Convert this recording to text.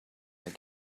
they